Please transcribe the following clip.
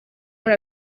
muri